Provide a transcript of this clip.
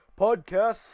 Podcast